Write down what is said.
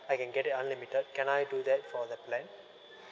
I can get it unlimited can I do that for the plan